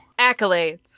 Accolades